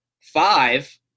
five –